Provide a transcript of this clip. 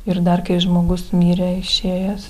ir dar kai žmogus mirė išėjęs